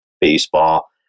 baseball